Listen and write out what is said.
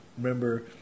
remember